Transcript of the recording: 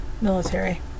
military